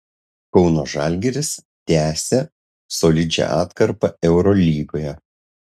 kauno žalgiris tęsia solidžią atkarpą eurolygoje